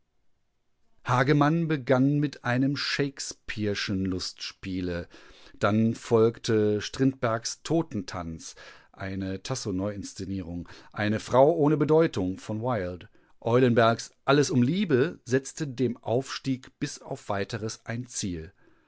hagemann begann mit einem shakespeare'schen lustspiele dann folgte strindbergs totentanz eine tasso-neuinszenierung eine frau ohne bedeutung von wilde eulenbergs alles um liebe setzte dem aufstieg bis auf weiteres ein ziel